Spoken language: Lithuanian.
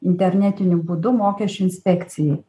internetiniu būdu mokesčių inspekcijai